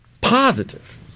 positive